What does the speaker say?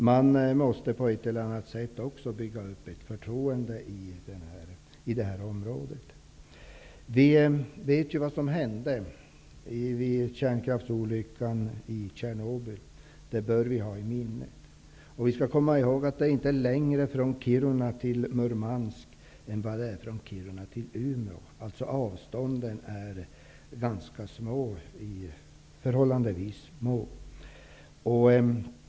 Man måste på ett eller annat sätt bygga upp förtroende i detta område. Vi vet ju vad som hände vid kärnkraftsolyckan i Tjernobyl. Det bör vi ha i minnet. Vi skall komma ihåg att det inte är längre från Kiruna till Murmansk än vad det är från Kiruna till Umeå. Avstånden är förhållandevis små.